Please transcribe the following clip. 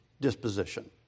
disposition